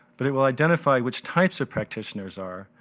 but it will identify which types of practitioners are,